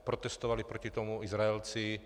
Protestovali proti tomu Izraelci.